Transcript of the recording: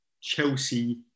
Chelsea